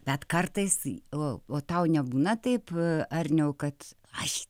bet kartais o tau nebūna taip arniau kad aš